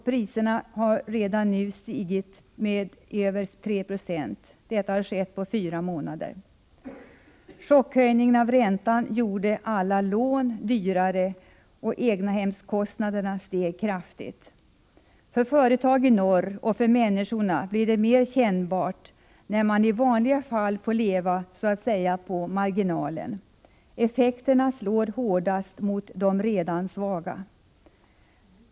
Priserna har på fyra månader stigit med över 3 70. Chockhöjningen av räntan gjorde alla lån dyrare, och egnahemskostnaderna steg kraftigt. För företagen och för människorna i norr blir det mer kännbart, när man i vanliga fall får leva så att säga på marginalen. Effekterna slår hårdast mot de redan svaga.